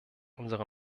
unserer